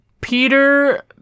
Peter